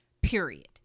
Period